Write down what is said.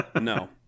No